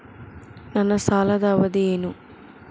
ನನ್ನ ಸಾಲದ ಅವಧಿ ಏನು?